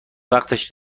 وقتش